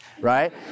right